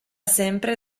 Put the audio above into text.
sempre